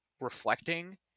reflecting